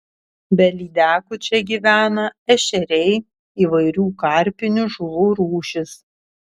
be lydekų čia gyvena ešeriai įvairių karpinių žuvų rūšys